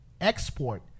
export